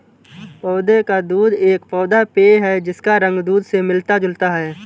पौधे का दूध एक पौधा पेय है जिसका रंग दूध से मिलता जुलता है